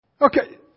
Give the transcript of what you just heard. Okay